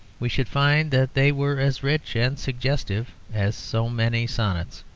we should find that they were as rich and suggestive as so many sonnets.